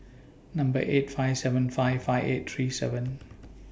Number eight five seven five five eight three seven